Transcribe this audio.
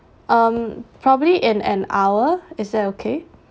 um probably in an hour is that okay